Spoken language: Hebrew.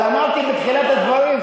אבל אמרתי בתחילת הדברים,